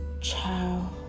Ciao